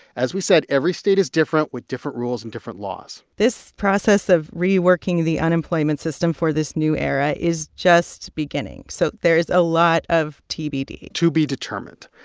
as we said, every state is different with different rules and different laws this process of reworking the unemployment system for this new era is just beginning, so there is a lot of tbd to be determined.